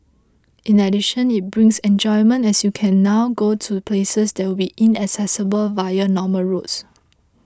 in addition it brings enjoyment as you can now go to places that would be inaccessible via normal roads